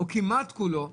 או כמעט כולו,